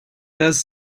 does